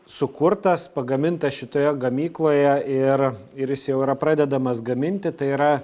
sukurtas pagamintas šitoje gamykloje ir ir jis jau yra pradedamas gaminti tai yra